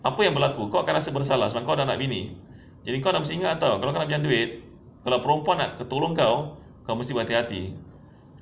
apa yang berlaku kau akan rasa bersalah sebab aku ada anak bini jadi kau mesti ingat [tau] kalau kau nak pinjam duit kalau perempuan nak tolong kau kau mesti hati-hati